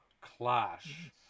clash